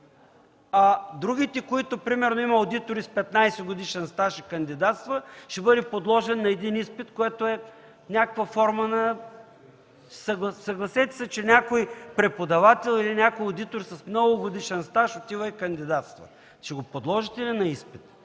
а другите – примерно има одитори с 15-годишен стаж и кандидатстват, ще бъдат подложени на един изпит, което е някаква форма на... Съгласете се, че някой преподавател или някой одитор с многогодишен стаж отива и кандидатства. Ще го подложите ли на изпит?